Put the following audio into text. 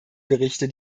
berichte